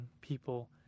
people